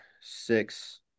six